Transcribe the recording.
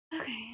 Okay